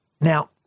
Now